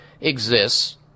exists